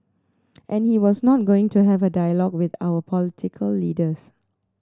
and he was not going to have a dialogue with our political leaders